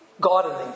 gardening